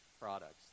products